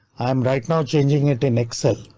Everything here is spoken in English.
i'm right now changing it in excel.